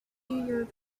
your